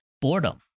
boredom